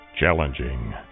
Challenging